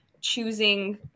choosing